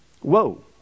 Whoa